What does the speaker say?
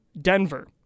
Denver